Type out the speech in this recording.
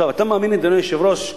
אתה מאמין, אדוני היושב-ראש,